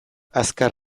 azkar